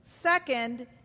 Second